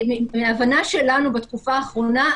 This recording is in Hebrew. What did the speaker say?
מההבנה שלנו בתקופה האחרונה,